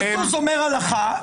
מזוז אומר הלכה,